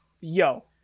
yo